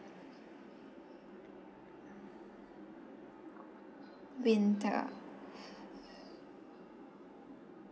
winter ah